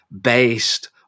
based